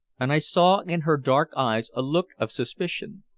and i saw in her dark eyes a look of suspicion.